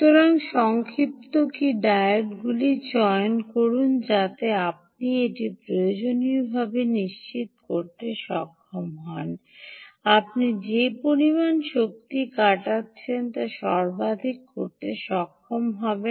সুতরাং সংক্ষিপ্ত কী ডায়োডগুলি চয়ন করুন যাতে আপনি এটি প্রয়োজনীয়ভাবে নিশ্চিত করতে সক্ষম হবেন আপনি যে পরিমাণ শক্তি কাটাচ্ছেন তা সর্বাধিক করতে সক্ষম হবেন